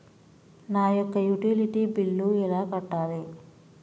నా యొక్క utility bill నేను ఎలా కట్టాలి?